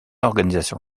organisation